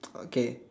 okay